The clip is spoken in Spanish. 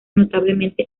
notablemente